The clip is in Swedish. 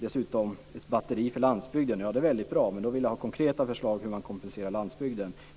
Dessutom: Ett batteri för landsbygden låter väldigt bra, men då vill jag ha konkreta förslag till hur man ska kompensera den.